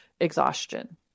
exhaustion